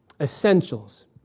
Essentials